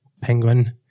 penguin